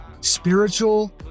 spiritual